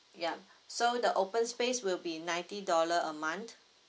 yup so the open space will be ninety dollar a month